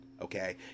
okay